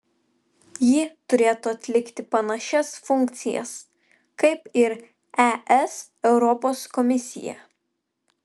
ji turėtų atlikti panašias funkcijas kaip ir es europos komisija